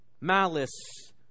Malice